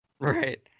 Right